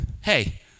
hey